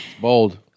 Bold